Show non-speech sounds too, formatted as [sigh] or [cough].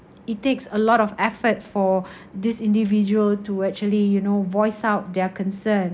it takes a lot of effort for [breath] this individual to actually you know voice out their concern